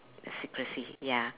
a secrecy ya